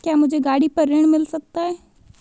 क्या मुझे गाड़ी पर ऋण मिल सकता है?